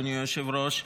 אדוני היושב-ראש,